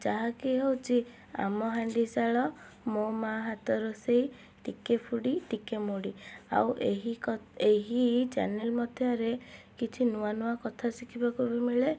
ଯାହାକି ହେଉଛି ଆମ ହାଣ୍ଡିଶାଳ ମୋ ମାଆ ହାତ ରୋଷେଇ ଟିକେ ଫୁଡ଼ି ଟିକେ ମୁଡ଼ି ଆଉ ଏହି ଏହି ଚ୍ୟାନେଲ୍ ମଧ୍ୟରେ କିଛି ନୂଆ ନୂଆ କଥା ଶିଖିବାକୁ ବି ମିଳେ